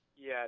Yes